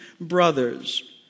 brothers